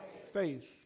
faith